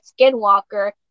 skinwalker